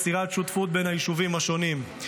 יצירת שותפות בין היישובים השונים.